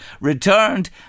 returned